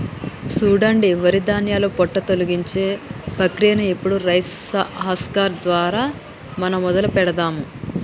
సూడండి వరి ధాన్యాల పొట్టు తొలగించే ప్రక్రియను ఇప్పుడు రైస్ హస్కర్ దారా మనం మొదలు పెడదాము